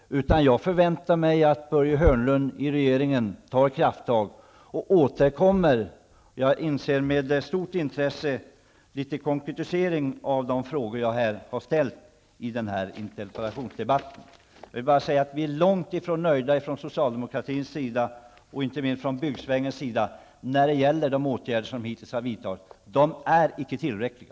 Jag förväntar mig att Börje Hörnlund i regeringen tar krafttag och återkommer. Med stort intresse motser jag litet konkretisering av de frågor jag har ställt i den här interpellationsdebatten. Vi är långt ifrån nöjda från socialdemokratins sida, och ännu mindre från byggsvängens sida, när det gäller de åtgärder som hittills har vidtagits. De är icke tillräckliga.